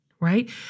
right